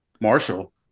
marshall